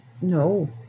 No